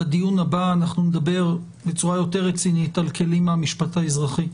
לדיון הבא אנחנו נדבר בצורה יותר רצינית על כלים מהמשפט האזרחי,